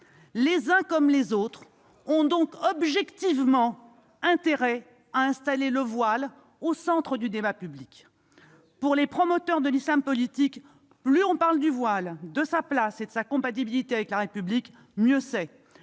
Les uns comme les autres ont donc objectivement intérêt à installer le voile au centre du débat public. Bien sûr ! Pour les promoteurs de l'islam politique, plus on parle du voile, de sa place et de sa compatibilité avec la République, mieux c'est,